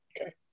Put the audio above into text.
Okay